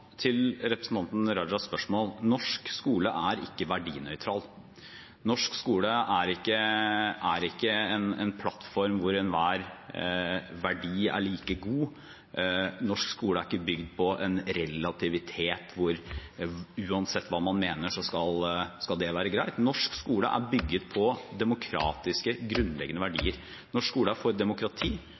til representanten Rajas spørsmål: Norsk skole er ikke verdinøytral. Norsk skole er ikke en plattform hvor enhver verdi er like god, norsk skole er ikke bygd på en relativitet hvor uansett hva man mener, så skal det være greit. Norsk skole er bygd på demokratiske, grunnleggende verdier. Norsk skole er for demokrati,